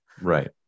Right